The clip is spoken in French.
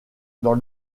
dans